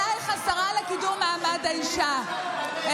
ואלייך, השרה לקידום מעמד האישה,